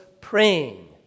praying